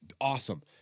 awesome